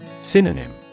Synonym